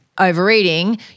overeating